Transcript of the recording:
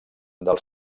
del